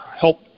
help